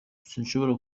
sinshobora